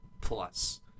Plus